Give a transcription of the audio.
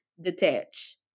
Detach